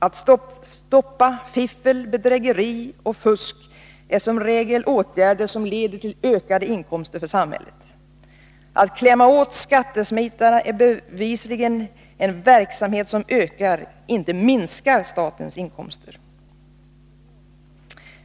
Att stoppa fiffel, bedrägeri och fusk är som regel åtgärder som leder till ökade inkomster för samhället. Att klämma åt skattesmitarna är bevisligen en verksamhet som ökar — inte minskar — statens inkomster.